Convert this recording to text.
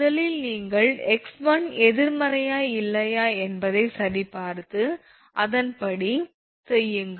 முதலில் நீங்கள் 𝑥1 எதிர்மறையா இல்லையா என்பதைச் சரிபார்த்து அதன்படி செய்யுங்கள்